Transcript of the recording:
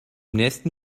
nächsten